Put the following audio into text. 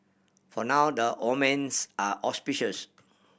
for now the omens are auspicious